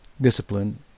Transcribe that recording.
discipline